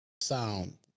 Sound